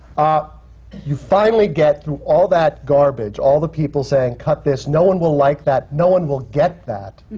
ah you finally get through all that garbage, all the people saying, cut this. no one will like that. no one will get that.